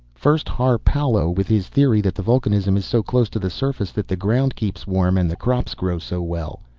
first har palo with his theory that the vulcanism is so close to the surface that the ground keeps warm and the crops grow so well.